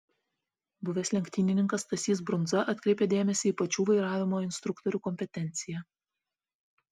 buvęs lenktynininkas stasys brundza atkreipia dėmesį į pačių vairavimo instruktorių kompetenciją